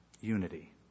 Unity